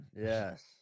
Yes